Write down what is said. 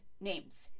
names